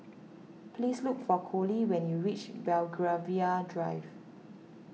please look for Colie when you reach Belgravia Drive